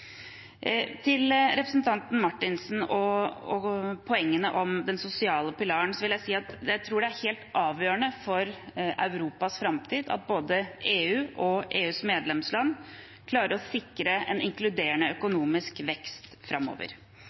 Til representanten Marthinsen og poengene om den sosiale pilaren vil jeg si at jeg tror det er helt avgjørende for Europas framtid at både EU og EUs medlemsland klarer å sikre en inkluderende økonomisk vekst framover.